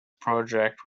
project